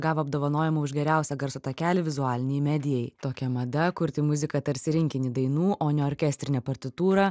gavo apdovanojimą už geriausią garso takelį vizualinei medijai tokia mada kurti muziką tarsi rinkinį dainų o ne orkestrinę partitūrą